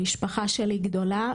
המשפחה שלי גדולה,